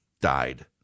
died